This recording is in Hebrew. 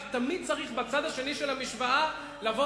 רק תמיד צריך בצד השני של המשוואה לבוא